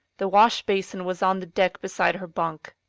the wash-basin was on the deck beside her bunk.